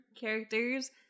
characters